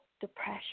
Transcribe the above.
depression